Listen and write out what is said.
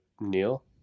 Neil